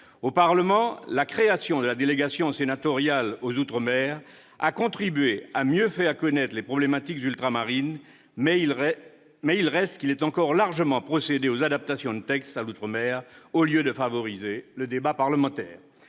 Au Parlement, la création de la délégation sénatoriale aux outre-mer a contribué à mieux faire connaître les problématiques ultramarines, mais il reste qu'il est encore largement procédé aux adaptations des textes à l'outre-mer au lieu de favoriser le débat parlementaire.